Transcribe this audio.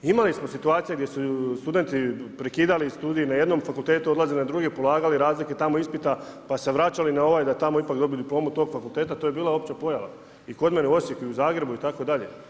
Imali smo situaciju, gdje su studenti prekidali studije na jednom fakultetu, odlazili na druge, polagali tamo razlike ispita, pa se vraćali na ovaj, da tamo ipak dobiju diplomu tog fakulteta, to je bila opća pojava i kod mene u Osijeku i u Zagrebu itd.